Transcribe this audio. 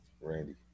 Randy